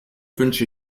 wünsche